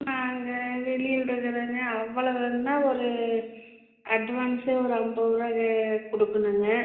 நாங்கள் வெளியில் இருக்கிறேங்க அவ்வளவுன்னால் ஒரு அட்வான்ஸே ஒரு ஐம்பது ருபா கொடுக்கணுங்க